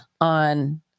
on